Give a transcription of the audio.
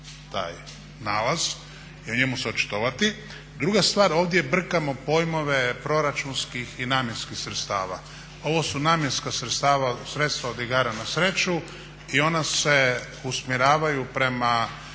taj nalaz i o njemu se očitovati. Druga stvar, ovdje brkamo pojmove proračunskih i namjenskih sredstava. Ovo su namjenska sredstva od igara na sreću i ona se usmjeravaju prema